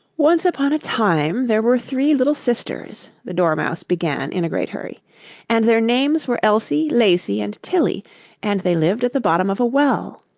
once upon a time there were three little sisters the dormouse began in a great hurry and their names were elsie, lacie, and tillie and they lived at the bottom of a well